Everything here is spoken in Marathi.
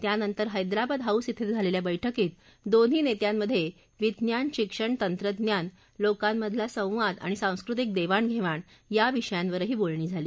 त्यानंतर हैदराबाद हाऊस ॐ झालेल्या वैठकीत दोन्ही नेत्यांमधे विज्ञान शिक्षण तंत्रज्ञान लोकांमधील संवाद आणि सांस्कृतिक देवाणघेवाण या विषयांवरही बोलणी झाली